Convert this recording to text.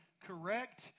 Correct